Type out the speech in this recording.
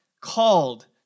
called